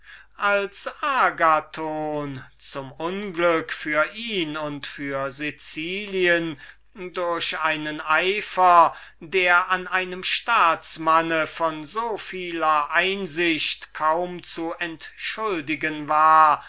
als agathon zum unglück für ihn und für sicilien durch einen eifer der an einem staats mann von so vieler einsicht kaum zu entschuldigen war